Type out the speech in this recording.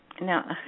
Now